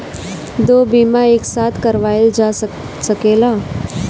दो बीमा एक साथ करवाईल जा सकेला?